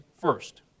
first